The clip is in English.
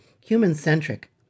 human-centric